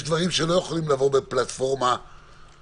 יש דברים שלא יכולים לבוא בפלטפורמה קבועה.